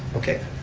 okay.